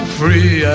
free